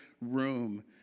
Room